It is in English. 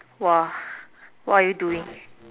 what are you doing